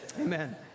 Amen